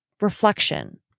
reflection